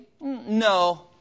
no